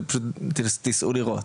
פשוט תיסעו לראות,